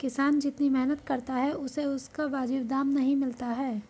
किसान जितनी मेहनत करता है उसे उसका वाजिब दाम नहीं मिलता है